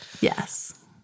Yes